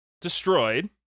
destroyed